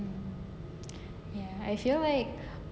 ya I feel like